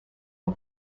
for